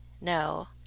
no